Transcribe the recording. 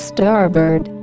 Starboard